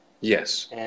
Yes